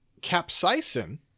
capsaicin